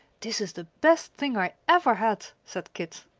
this is the best thing i ever had, said kit.